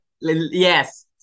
Yes